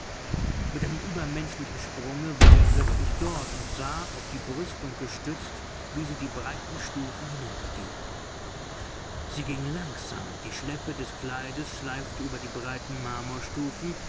mit einem übermenschlichen sprunge war er plötzlich dort und sah auf die brüstung gestützt wie sie die breiten stufen hinunterging sie ging langsam die schleppe des kleides schleifte über die breiten